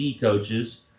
coaches